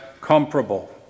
comparable